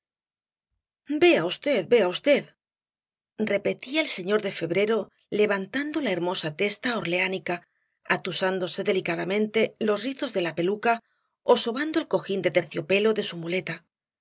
vea v vea v repetía el señor de febrero levantando la hermosa testa orleánica atusándose delicadamente los rizos de la peluca ó sobando el cojín de terciopelo de su muleta